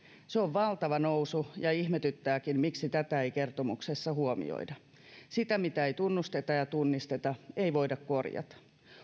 se on valtava nousu ja ihmetyttääkin miksi tätä ei kertomuksessa huomioida sitä mitä ei tunnusteta ja tunnisteta ei voida korjata